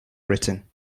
britain